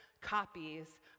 copies